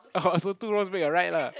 oh so two wrongs make a right lah